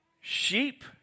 Sheep